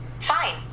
Fine